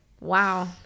Wow